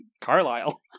carlisle